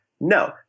no